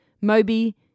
Moby